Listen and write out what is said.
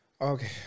okay